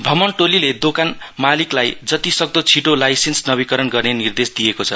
भ्रमण टोलीले दोकान मालिकलाई जति सक्दो छिटो लाइसेन्स नवीकरण गर्ने निर्देश दिएको छ